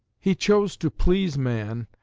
he chose to please man,